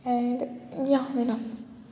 and या enough